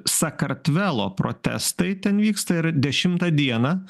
sakartvelo protestai ten vyksta ir dešimtą dieną